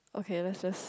okay let's search